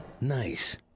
Nice